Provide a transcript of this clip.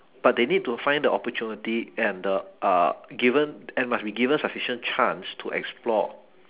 but they need to find the opportunity and the uh given and must be given sufficient chance to explore